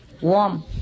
warm